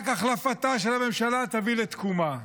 רק החלפתה של הממשלה תביא לתקומה,